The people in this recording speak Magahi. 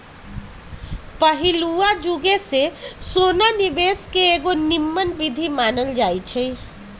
पहिलुआ जुगे से सोना निवेश के एगो निम्मन विधीं मानल जाइ छइ